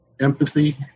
empathy